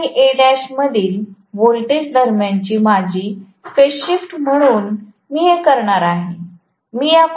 A आणि Al मधील voltages दरम्यानची माझी फेज शिफ्ट म्हणून मी हे करणार आहे